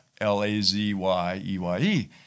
L-A-Z-Y-E-Y-E